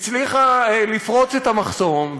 הצליחה לפרוץ את המחסום,